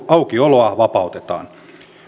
aukioloa vapautetaan